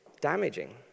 damaging